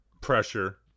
pressure